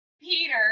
Peter